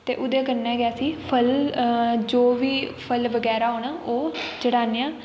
ते ओहदे कन्नै गै बी फल जो बी फल बगैरा ना ओह् चढ़ाने आं